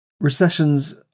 recessions